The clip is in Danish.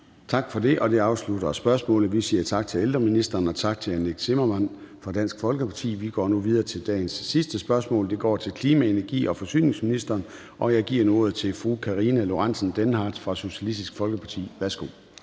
Tak for det. Det afslutter spørgsmålet, og vi siger tak til ældreministeren og tak til hr. Nick Zimmermann fra Dansk Folkeparti. Vi går nu videre til dagens sidste spørgsmål, og det er til klima-, energi- og forsyningsministeren, og jeg giver nu ordet til fru Karina Lorentzen Dehnhardt fra Socialistisk Folkeparti. Kl.